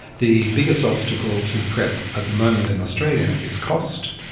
the biggest obstacle to prep at the moment in australia is cost,